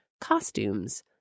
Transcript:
costumes